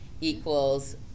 equals